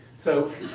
so